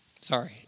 Sorry